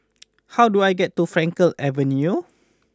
how do I get to Frankel Avenue